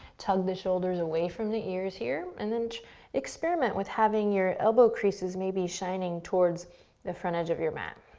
tug the shoulders away from the ears here, and then experiment with having your elbow creases maybe shining towards the front edge of your mat.